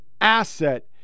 asset